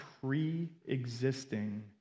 pre-existing